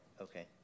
okay